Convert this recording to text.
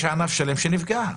יש ענף שלם שנפגע.